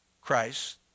Christ